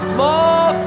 more